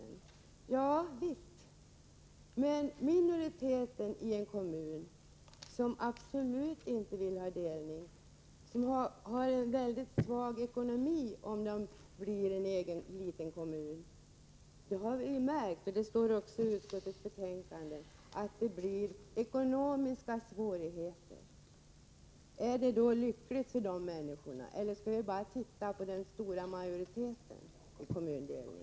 Ja visst, men om minoriteten i en kommun absolut inte vill ha en delning, eftersom man får en väldigt svag ekonomi i en egen liten kommun — sådant har vi märkt, och det står också i utskottets betänkande att det blir ekonomiska svårigheter — är det lyckligt för människorna att dela kommunen? Eller skall vi bara titta på den stora majoriteten när det gäller kommundelning?